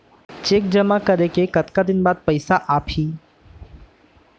Cheque जेमा करें के कतका दिन बाद पइसा आप ही?